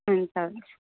हुन्छ हुन्छ